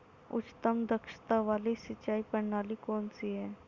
उच्चतम दक्षता वाली सिंचाई प्रणाली कौन सी है?